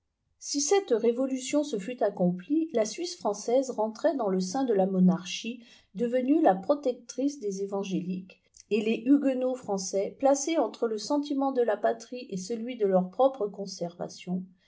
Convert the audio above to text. si ectt v révolution se fût accomplie la suisse française rentrait dans le sein de la monarchie devenue la protectrice des évangéliques et les huguenots français placés entre le sentiment de la patrie et celui de leur propre conservation